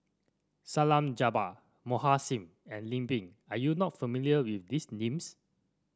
Salleh Japar Mohan Singh and Lim Pin are you not familiar with these names